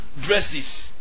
dresses